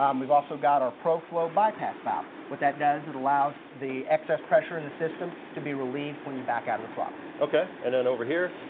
um we've also got our pro-flow bypass valve. what that does, it allows the excess pressure in the system to be relieved when you back out of the throttle. ok, and then over here?